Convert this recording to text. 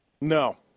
No